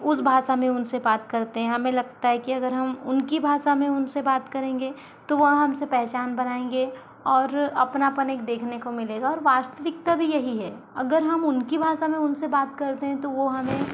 उस भाषा में उनसे बात करते हैं हमें लगता है कि अगर हम उनकी भाषा में उनसे बात करेंगे तो वो हमसे पहचान बनाएँगे और अपनापन एक देखने को मिलेगा और वास्तविकता भी यही है अगर हम उनकी भाषा में उनसे बात करते हैं तो वो हमें